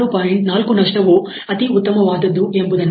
4 ನಷ್ಟವು ಅತಿ ಉತ್ತಮವಾದದ್ದು ಎಂಬುದನ್ನು